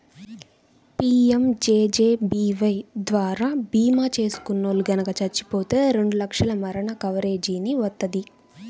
PMJJBY ద్వారా భీమా చేసుకున్నోల్లు గనక చచ్చిపోతే రెండు లక్షల మరణ కవరేజీని వత్తది